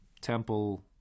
temple